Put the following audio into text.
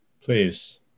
Please